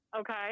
Okay